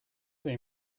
they